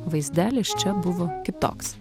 vaizdelis čia buvo kitoks